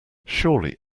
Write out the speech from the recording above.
surely